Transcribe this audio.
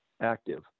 active